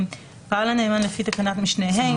"פעל הנאמן לפי תקנת משנה (ה),